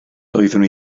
doeddwn